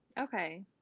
Okay